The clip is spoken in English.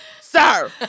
sir